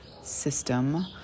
system